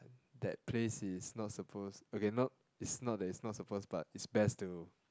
that place is not supposed okay not it's not that it's not supposed but it's best to